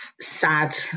sad